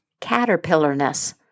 caterpillarness